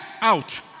out